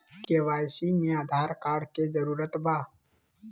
KYC में Aadhaar card के जरूरत बा?